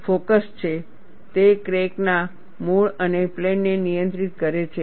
focus છે તે crack ના મૂળ અને પ્લેનને નિયંત્રિત કરે છે